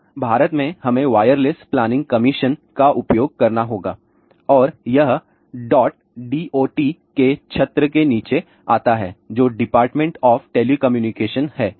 अब भारत में हमें वायरलेस प्लानिंग कमिशन का उपयोग करना होगा और यह DOT के छत्र के नीचे आता है जो डिपार्टमेंट ऑफ़ टेलीकम्यूनिकेशन है